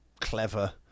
clever